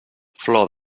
flor